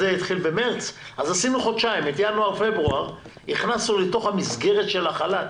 הכנסנו את ינואר ופברואר לתוך המסגרת של החל"ת.